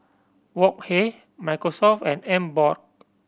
Wok Hey Microsoft and Emborg